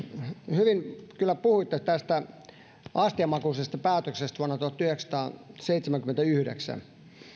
hyvin kyllä puhuitte tästä astian makuisesta päätöksestä vuonna tuhatyhdeksänsataaseitsemänkymmentäyhdeksän